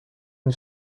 une